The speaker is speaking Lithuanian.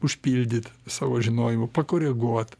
užpildyt savo žinojimu pakoreguot